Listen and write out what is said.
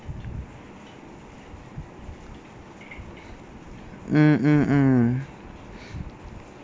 mm mm mm